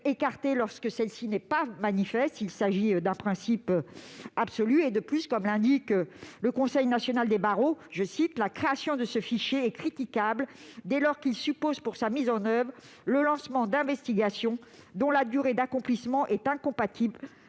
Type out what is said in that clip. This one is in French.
écartée lorsque celle-ci n'est pas manifeste. Il s'agit d'un principe absolu ! De plus, comme l'indique le Conseil national des barreaux, la création de ce fichier est critiquable, dès lors qu'il suppose pour sa mise en oeuvre le lancement d'investigations dont la durée d'accomplissement est incompatible